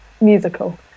musical